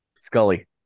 Scully